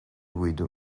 with